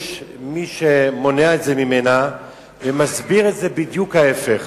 יש מי שמונע את זה ממנה ומסביר את זה בדיוק להיפך,